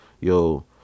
yo